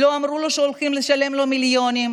לא אמרו לו שהולכים לשלם לו מיליונים,